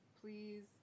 please